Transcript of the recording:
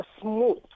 smooth